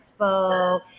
expo